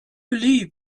believe